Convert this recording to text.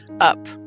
Up